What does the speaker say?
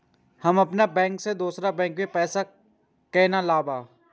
हम अपन बैंक से दोसर के बैंक में पैसा केना लगाव?